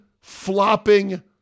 flopping